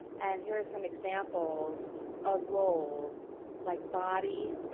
and here's some examples of role like body,